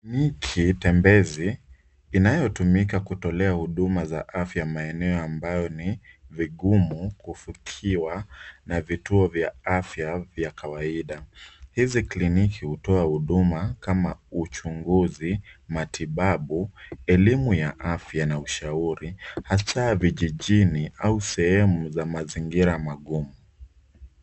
Hiki tendezi inayotumika kutoa huduma ya afya maeneo ambayo ni vigumu kufikiwa na vituo vya afya vya kawaida. Hizi kliniki hutoa huduma kama uchunguzi, matibabu, elimu ya afya na ushauri hasa vijijini au sehemu za mazingira magumu.